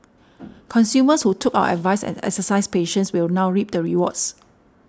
consumers who took our advice and exercised patience will now reap the rewards